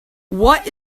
what